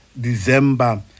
December